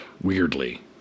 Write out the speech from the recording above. weirdly